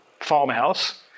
farmhouse